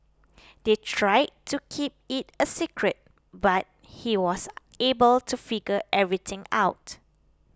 they tried to keep it a secret but he was able to figure everything out